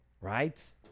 Right